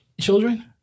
children